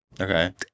okay